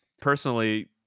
personally